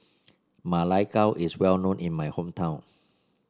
Ma Lai Gao is well known in my hometown